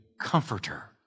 comforter